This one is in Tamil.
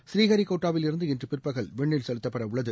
ஸ்ரீஹரிகோட்டாவில் இருந்து இன்று பிற்பகல் விண்ணில் செலுத்தப்பட உள்ளது